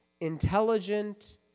intelligent